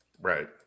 Right